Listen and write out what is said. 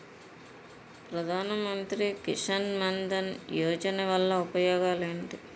ప్రధాన మంత్రి కిసాన్ మన్ ధన్ యోజన వల్ల ఉపయోగాలు ఏంటి?